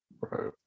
Right